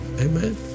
amen